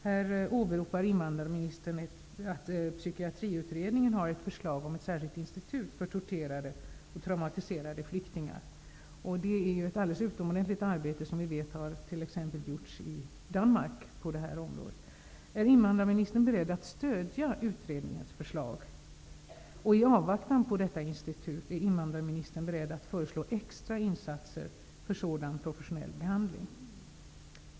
Här åberopar invandrarministern att Psykiatriutredningen har ett förslag om ett särskilt institut för torterade och traumatiserade flyktingar. Det är ett alldeles utomordentligt arbete, som vi vet har gjorts t.ex. i Danmark på det här området. Är invandrarministern beredd att stödja utredningens förslag? I avvaktan på detta institut, är invandrarministern beredd att föreslå extra insatser för sådan professionell behandling?